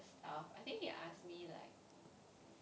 stuff I think he ask me like